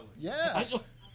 Yes